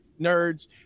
nerds